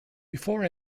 before